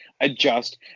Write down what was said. adjust